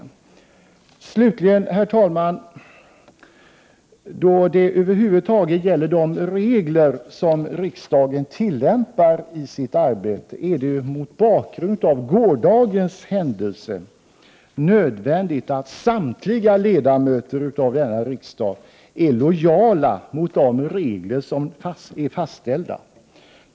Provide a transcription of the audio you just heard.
Vad slutligen, herr talman, gäller de regler som riksdagen tillämpar i sitt arbete över huvud taget är det mot bakgrund av gårdagens händelse angeläget att framhålla att det är nödvändigt att samtliga ledamöter av riksdagen är lojala mot dessa fastställda regler.